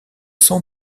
sans